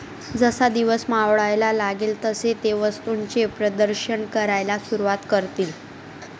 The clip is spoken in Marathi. जसा दिवस मावळायला लागेल तसे ते वस्तूंचे प्रदर्शन करायला सुरुवात करतील